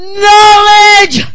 knowledge